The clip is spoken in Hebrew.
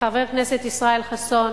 וחבר הכנסת ישראל חסון